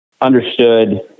understood